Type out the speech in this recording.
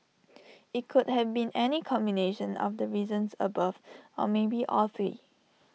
IT could have been any combination of the reasons above or maybe all three